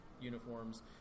uniforms